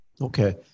Okay